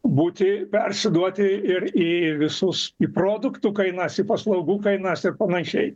būti persiduoti ir į visus į produktų kainas į paslaugų kainas ir panašiai